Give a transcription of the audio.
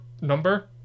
number